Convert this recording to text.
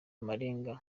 amarenga